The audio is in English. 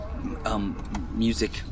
Music